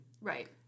right